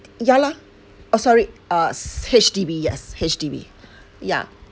ya lah oh sorry uh s~ H_D_B yes H_D_B yeah